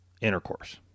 intercourse